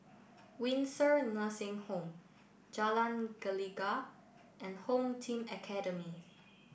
Windsor Nursing Home Jalan Gelegar and Home Team Academy